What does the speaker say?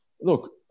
look